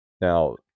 Now